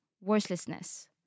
worthlessness